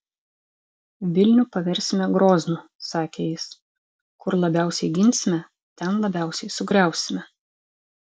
vilnių paversime groznu sakė jis kur labiausiai ginsime ten labiausiai sugriausime